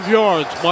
yards